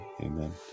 Amen